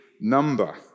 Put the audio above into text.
number